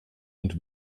und